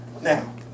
Now